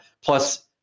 plus